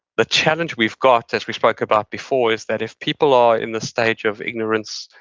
the challenge we've got, as we spoke about before, is that if people are in the stage of ignorance,